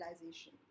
realization